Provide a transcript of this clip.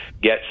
get